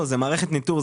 לא, זו מערכת ניטור.